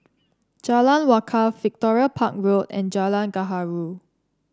Jalan Wakaff Victoria Park Road and Jalan Gaharu